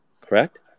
Correct